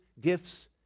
gifts